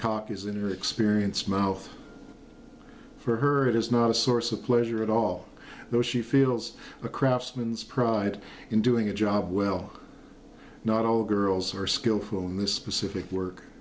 cock is in your experience mouth for her it is not a source of pleasure at all though she feels a craftsman's pride in doing a job well not all girls are skillful in this specific work